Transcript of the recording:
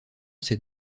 ces